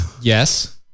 yes